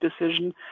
decision